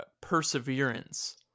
perseverance